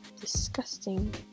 disgusting